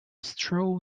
straw